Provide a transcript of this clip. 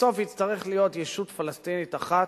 בסוף תצטרך להיות ישות פלסטינית אחת.